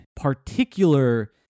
particular